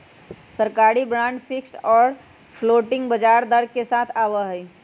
सरकारी bond fixed और floating ब्याज दर के साथ आवा हई